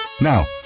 Now